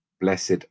Blessed